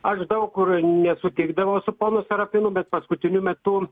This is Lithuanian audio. aš daug kur nesutikdavau su ponu sarapinu bet paskutiniu metu